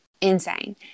insane